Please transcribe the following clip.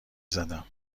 زدم